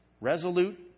resolute